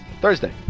Thursday